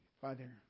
Father